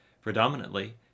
predominantly